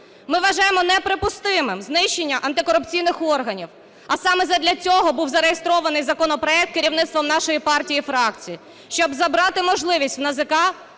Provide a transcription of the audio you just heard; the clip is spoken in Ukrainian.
Ми вважаємо неприпустимим знищення антикорупційних органів, а саме задля цього був зареєстрований законопроект керівництвом нашої партії і фракції, щоб забрати можливість у НАЗК